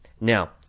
now